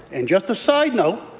and just a side note,